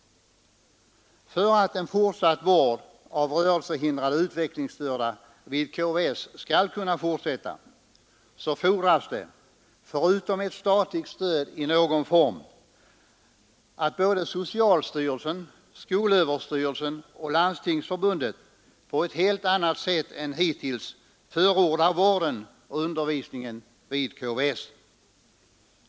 För att vård av rörelsehindrade utvecklingsstörda vid KVS skall kunna fortsätta fordras det förutom ett statligt stöd i någon form att både socialstyrelsen, skolöverstyrelsen och Landstingsförbundet på ett helt annat sätt än hittills förordar vården och undervisningen vid KVS.